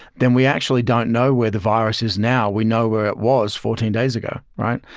then we actually don't know where the virus is now, we know where it was fourteen days ago. right.